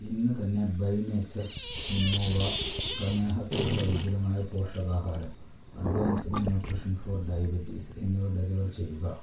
ഇന്ന് തന്നെ by nature quinoa പ്രമേഹത്തിനുള്ള വിപുലമായ പോഷകാഹാരം അഡ്വാൻസ്ഡ് ന്യൂട്രിഷൻ ഫോർ ഡയബെറ്റിസ് എന്നിവ ഡെലിവർ ചെയ്യുക